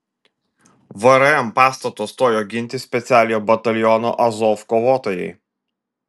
vrm pastato stojo ginti specialiojo bataliono azov kovotojai